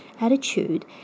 attitude